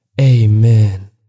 Amen